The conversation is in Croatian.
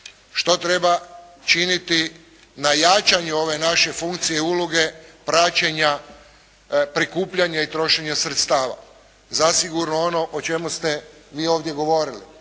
Što treba činiti na jačanju ove naše funkcije i uloge praćenja, prikupljanja i trošenja sredstava. Zasigurno ono o čemu ste vi ovdje govorili